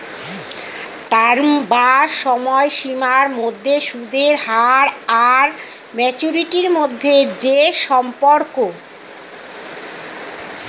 term বা সময়সীমার মধ্যে সুদের হার আর ম্যাচুরিটি মধ্যে যে সম্পর্ক